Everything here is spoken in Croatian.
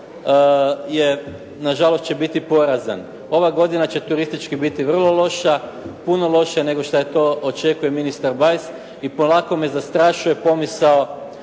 nažalost će biti porazan. Ova godina će turistički biti vrlo loša, puno lošija nego što to očekuje ministar Bajs i polako me zastrašuje pomisao